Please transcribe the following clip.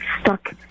stuck